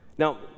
Now